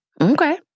okay